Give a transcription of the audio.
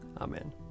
Amen